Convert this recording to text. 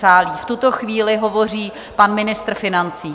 V tuto chvíli hovoří pan ministr financí.